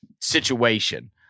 situation